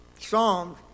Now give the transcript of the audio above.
Psalms